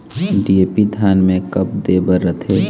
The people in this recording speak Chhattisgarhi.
डी.ए.पी धान मे कब दे बर रथे?